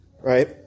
right